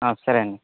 సరే అండి